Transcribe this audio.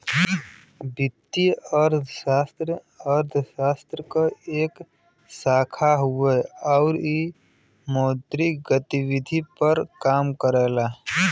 वित्तीय अर्थशास्त्र अर्थशास्त्र क एक शाखा हउवे आउर इ मौद्रिक गतिविधि पर काम करला